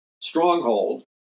stronghold